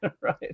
Right